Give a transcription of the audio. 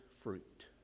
fruit